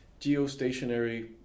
geostationary